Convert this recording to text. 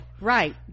right